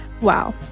Wow